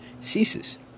ceases